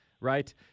right